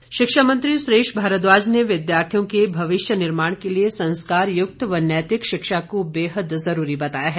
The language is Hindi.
भारद्वाज शिक्षा मंत्री सुरेश भारद्वाज ने विद्यार्थियों के भविष्य निर्माण के लिए संस्कारयुक्त व नैतिक शिक्षा को बेहद जरूरी बताया है